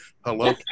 hello